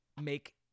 make